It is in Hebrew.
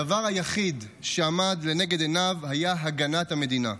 הדבר היחיד שעמד לנגד עיניו היה הגנת המדינה.